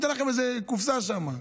ניתן לכם איזו קופסה שם.